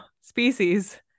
species